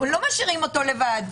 לא משאירים אותו לבד.